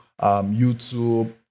YouTube